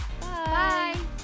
Bye